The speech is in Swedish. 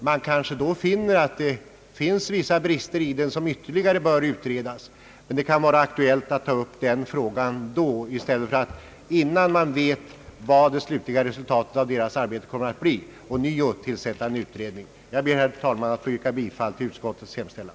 Man kanske då finner att det i detta betänkande brister på vissa punkter, som ytterligare bör utredas. Vi bör alltså ta ställning till detta först när vi vet hurudant resultatet av utredningens arbete blivit och bör inte dessförinnan tillsätta en ny utredning. Jag ber, herr talman, att få yrka bifall till utskottets hemställan.